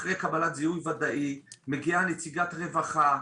אחרי קבלת זיהוי ודאי מגיעה נציגת רווחה,